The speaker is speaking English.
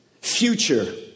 future